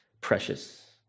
precious